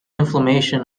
inflammation